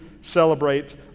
celebrate